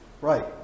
right